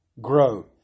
grow